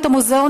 את המוזיאון,